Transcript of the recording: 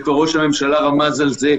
וכבר ראש הממשלה רמז על זה,